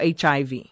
HIV